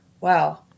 Wow